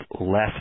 less